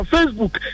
Facebook